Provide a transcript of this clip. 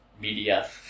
media